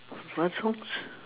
what songs